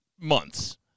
months